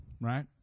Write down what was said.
Right